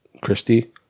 Christy